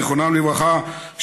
זיכרונם לברכה,